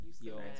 yo